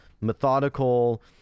methodical